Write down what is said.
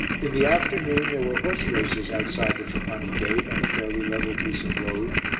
in the afternoon there were horse-races outside the trapani gate on a fairly level piece of road,